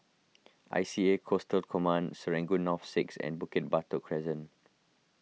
I C A Coastal Command Serangoon North six and Bukit Batok Crescent